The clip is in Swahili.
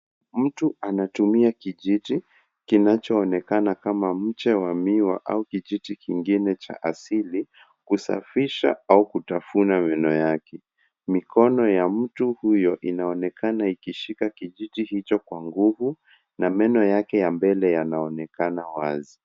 Mtu anatumia kijiti kinachoonekana kama mche wa miwa au kijiti kingine cha asili kusafisha au kutafuna meno yake. Mikono ya mtu huyo inaonekana kushika kijiti hicho kwa nguvu na meno yake ya mbele yanaonekana wazi.